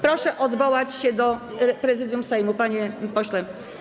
Proszę odwołać się do Prezydium Sejmu, panie pośle.